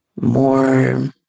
More